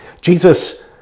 Jesus